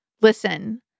listen